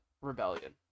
Rebellion